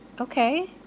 Okay